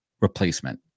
replacement